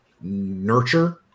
nurture